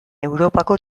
europako